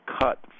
cut